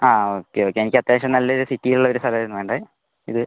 ആ okay okay എനിക്ക് അത്യാവശ്യം നല്ല ഒരു സീറ്റിയിൽ ഉള്ള ഒരു സ്ഥലം ആയിരുന്നു വേണ്ടത് ഇത്